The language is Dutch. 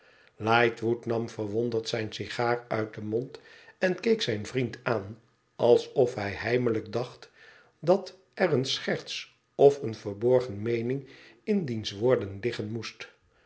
lightwood nam verwonderd zijne sigaar uit den mond en keek zijn vriend aan alsof hij heimelijk dacht dat er eene scherts of eene verborgene meening in diens woorden liggen moest